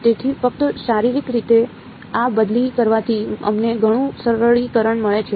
તેથી ફક્ત શારીરિક રીતે આ દલીલ કરવાથી અમને ઘણું સરળીકરણ મળે છે